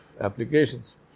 applications